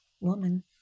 woman